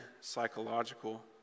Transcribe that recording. psychological